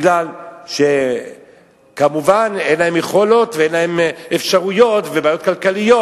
כי אין להם יכולות ואין להם אפשרויות ובעיות כלכליות,